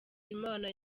imana